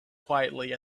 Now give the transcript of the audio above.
quietly